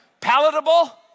palatable